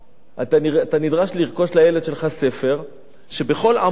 אתה נדרש לרכוש לילד שלך ספר שבכל עמוד בו